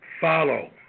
follow